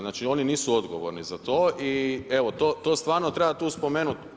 Znači, oni nisu odgovorni za to i evo to stvarno treba tu spomenuti.